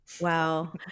Wow